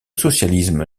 socialisme